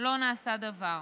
לא נעשה דבר.